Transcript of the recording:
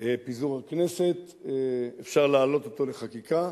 פיזור הכנסת, אפשר להעלות אותו לחקיקה.